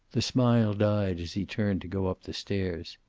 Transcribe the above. the smile died as he turned to go up the stairs.